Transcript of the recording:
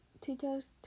teacher's